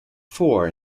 four